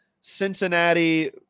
cincinnati